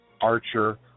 Archer